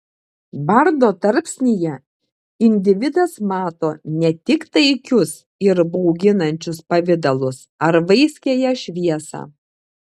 bardo tarpsnyje individas mato ne tik taikius ir bauginančius pavidalus ar vaiskiąją šviesą